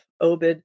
Obed